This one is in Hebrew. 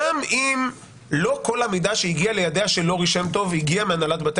גם אם לא כל המידע שהגיע לידיה של לורי שם טוב הגיע מהנהלת בתי